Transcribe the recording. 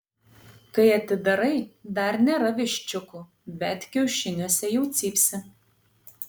kai atidarai dar nėra viščiukų bet kiaušiniuose jau cypsi